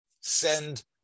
send